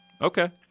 Okay